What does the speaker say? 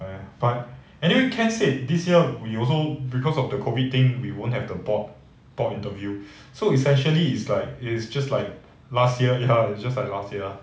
ya but anyway ken said this year we also because of the COVID thing we won't have the board board interview so essentially is like is just like last year ya it's just like last year ah